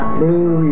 blue